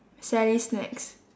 sally's snacks